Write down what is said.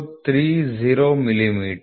030 millimetre